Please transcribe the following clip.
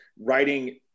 writing